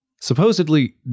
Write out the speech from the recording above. Supposedly